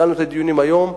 התחלנו את הדיונים בחוק היום,